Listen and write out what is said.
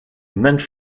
maintes